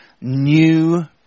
new